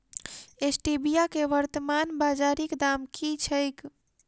Stevia केँ वर्तमान बाजारीक दाम की छैक?